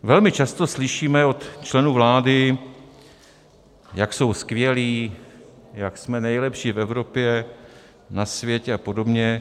Velmi často slyšíme od členů vlády, jak jsou skvělí, jak jsme nejlepší v Evropě, na světě a podobně.